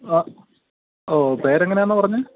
ആ ഓ പേര് എങ്ങനെയാന്നാണ് പറഞ്ഞത്